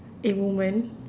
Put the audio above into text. a woman